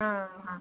ആ